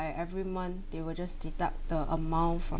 like every month they will just deduct the amount from